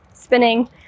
spinning